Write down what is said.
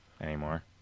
anymore